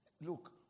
Look